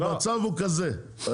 המצב הוא כזה,